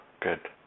good